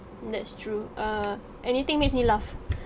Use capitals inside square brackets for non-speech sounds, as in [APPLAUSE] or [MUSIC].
that's true err anything makes me laugh [BREATH]